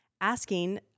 asking